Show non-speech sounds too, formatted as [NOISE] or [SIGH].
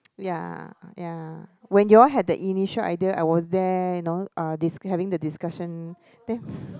[NOISE] ya ya when you all had the initial idea I was there you know uh this having the discussion then [BREATH]